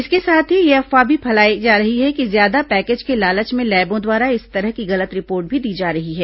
इसके साथ ही यह अफवाह भी फैलाई जा रही है कि ज्यादा पैकेज के लालच में लैबों द्वारा इस तरह की गलत रिपोर्ट दी जा रही है